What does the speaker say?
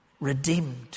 Redeemed